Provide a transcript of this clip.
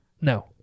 No